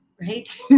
Right